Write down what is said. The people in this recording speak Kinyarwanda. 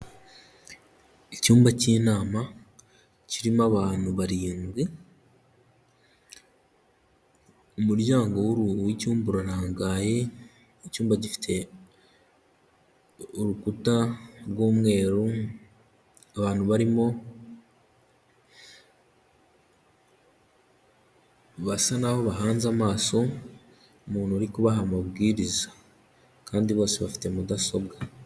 Icyumba k'inama, kirimo abantu barindwi, umuryango w'icyumba urarangaye, icumba gifite urukuta rw'umweru, abantu barimo basa n'aho bahanze amaso umuntu uri kubaha amabwiriza, kandi bose bafite mudasobwa.